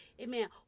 Amen